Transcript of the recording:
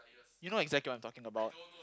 you know exactly what I'm talking about